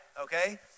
Okay